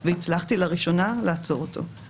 והצלחתי לראשונה לעצור אותו.